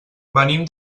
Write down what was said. venim